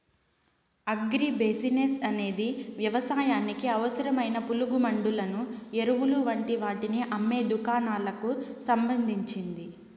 agri business అనేది వ్యవసాయానికి అవసరమైన పురుగుమండులను, ఎరువులు వంటి వాటిని అమ్మే దుకాణాలకు సంబంధించింది